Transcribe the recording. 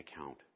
account